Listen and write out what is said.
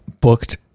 booked